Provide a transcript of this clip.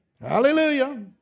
Hallelujah